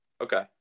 Okay